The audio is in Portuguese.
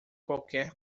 qualquer